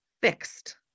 fixed